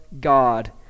God